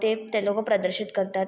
ते ते लोकं प्रदर्शित करतात